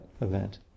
event